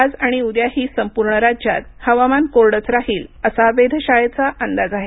आज आणि उद्याही संपूर्ण राज्यात हवामान कोरडंच राहील असा वेधशाळेचा अंदाज आहे